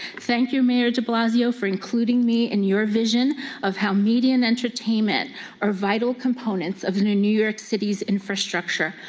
thank you, mayor de blasio, for including me in your vision of how media and entertainment are vital components of new new york city's infrastructure.